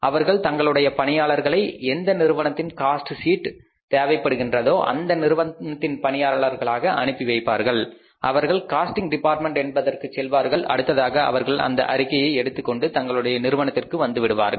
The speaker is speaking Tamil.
அவர்கள் தங்களுடைய பணியாளர்களை எந்த நிறுவனத்தின் காஸ்ட் சீட்டு தேவைப் படுகின்றதோ அந்த நிறுவனத்தின் பணியாளர்களாக அனுப்பி வைப்பார்கள் அவர்கள் காஸ்டிங் டிபார்ட்மெண்ட் என்பதற்கு செல்வார்கள் அடுத்ததாக அவர்கள் அந்த அறிக்கையை எடுத்துக் கொண்டு தங்களுடைய நிறுவனத்திற்கு வந்து விடுவார்கள்